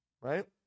right